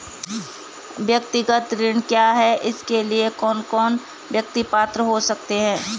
व्यक्तिगत ऋण क्या है इसके लिए कौन कौन व्यक्ति पात्र हो सकते हैं?